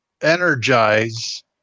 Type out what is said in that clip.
energize